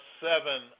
seven